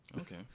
Okay